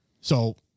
So-